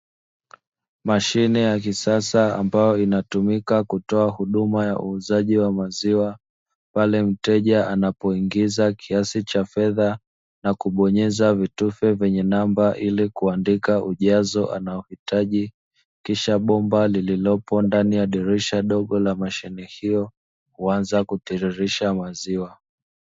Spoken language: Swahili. mashine ya kisasa ambayo inatumika kutoa huduma ya uuzaji wa ma ziwa pale mteja anapoingiza kiasi cha fedha na kubonyeza vitufe vyenye namba ili kuandika ujazo anahitaji kisha bo zamasheni hiyo huanza kutiririsha maziwa